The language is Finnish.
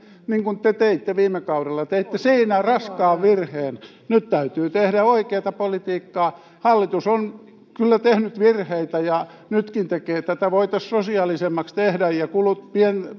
niin kuin te teitte viime kaudella koska se tuhoaa työpaikat teitte siinä raskaan virheen nyt täytyy tehdä oikeata politiikkaa hallitus on kyllä tehnyt virheitä ja nytkin tekee tätä voitaisiin sosiaalisemmaksi tehdä ja